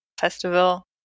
festival